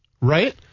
right